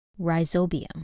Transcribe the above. Rhizobium